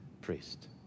priest